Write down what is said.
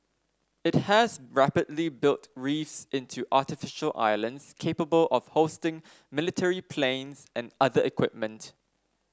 it has rapidly built reefs into artificial islands capable of hosting military planes and other equipment